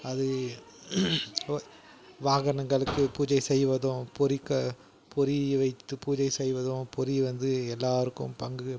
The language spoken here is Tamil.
அது வ வாகனங்களுக்கு பூஜை செய்வதும் பொரிக்க பொரி வைத்து பூஜை செய்வதும் பொரி வந்து எல்லோருக்கும் பங்கு